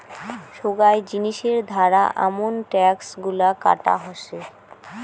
সোগায় জিনিসের ধারা আমন ট্যাক্স গুলা কাটা হসে